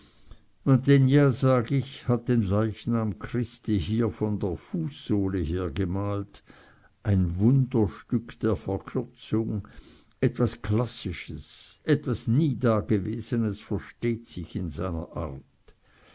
mantegna sag ich hat den leichnam christi hier von der fußsohle her gemalt ein wunderstück der verkürzung etwas klassisches etwas niedagewesenes versteht sich in seiner art